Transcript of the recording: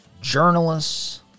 journalists